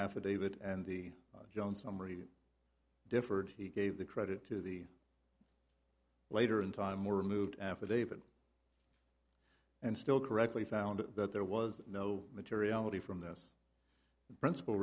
affidavit and the jones summary differed he gave the credit to the later in time were removed affidavit and still correctly found that there was no materiality from this principal